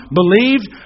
believed